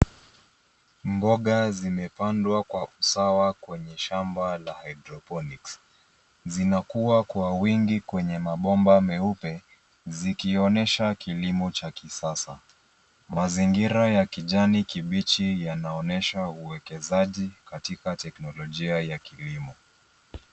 Mboga zimepandwa kwa usawa kwenye shamba la hydroponics . Zinakua kwa wingi kwenye mabomba meupe , zikonesha kilimo cha kisasa. Mazingira ya kijani kibichi yanaonesha uwekezaji katika teknolojia ya kilimo.